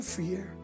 fear